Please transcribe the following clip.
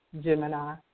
Gemini